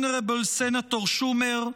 honorable Senator Schumer: